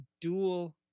dual